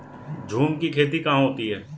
झूम की खेती कहाँ होती है?